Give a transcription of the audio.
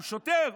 הוא שוטר,